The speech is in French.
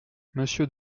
monsieur